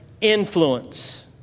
influence